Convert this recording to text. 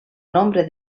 nombre